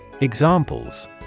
Examples